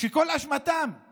שכל אשמתם היא